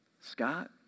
Scott